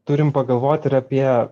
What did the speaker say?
turim pagalvot ir apie